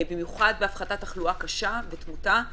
במיוחד בהפחתת תחלואה קשה ותמותה,